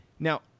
Now